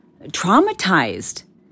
traumatized